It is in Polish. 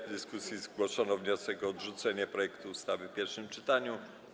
W dyskusji zgłoszono wniosek o odrzucenie projektu ustawy w pierwszym czytaniu.